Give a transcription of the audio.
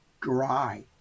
Dry